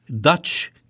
Dutch